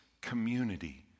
community